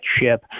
ship